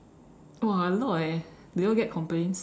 !wah! a lot eh do you all get complaints